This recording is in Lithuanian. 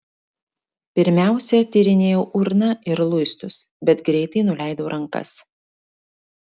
pirmiausia tyrinėjau urną ir luistus bet greitai nuleidau rankas